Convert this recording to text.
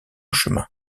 chemin